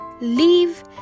leave